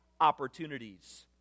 opportunities